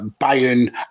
Bayern